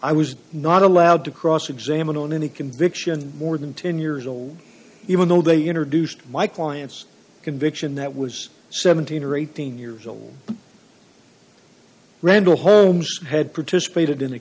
i was not allowed to cross examine on any conviction more than ten years old even though they introduced my client's conviction that was seventeen or eighteen years old randall holmes had participated in a